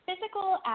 physical